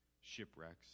shipwrecks